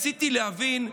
ניסיתי להבין,